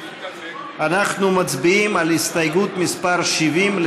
אנחנו מצביעים על הסתייגות מס' 70,